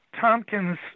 Tompkins